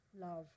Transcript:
love